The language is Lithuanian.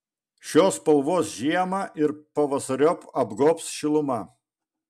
šios spalvos žiemą ir pavasariop apgobs šiluma